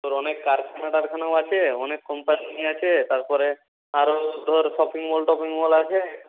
তোর অনেক কারখানা টারখানাও আছে অনেক কোম্পানি আছে তারপরে আরও ধর শপিং মল টপিং মল আছে